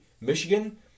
Michigan